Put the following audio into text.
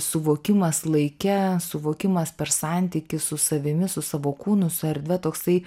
suvokimas laike suvokimas per santykį su savimi su savo kūnu su erdve toksai